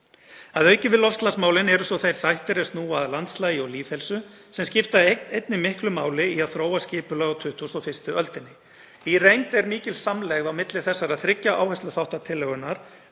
sambandi við loftslagsmálin eru svo þeir þættir er snúa að landslagi og lýðheilsu, sem skipta einnig miklu máli í að þróa skipulag á 21. öldinni. Í reynd er mikil samlegð á milli þessara þriggja áhersluþátta tillögunnar